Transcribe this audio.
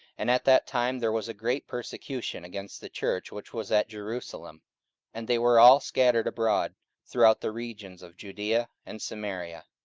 and at that time there was a great persecution against the church which was at jerusalem and they were all scattered abroad throughout the regions of judaea and samaria,